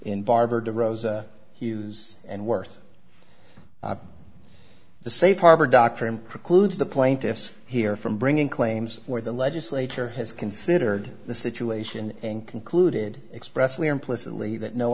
in barber de rosa he use and worth the safe harbor doctor and precludes the plaintiffs here from bringing claims where the legislature has considered the situation and concluded expressly or implicitly that no